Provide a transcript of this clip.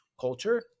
culture